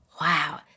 wow